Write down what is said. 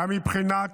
גם מבחינת